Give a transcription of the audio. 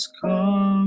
come